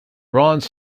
bronze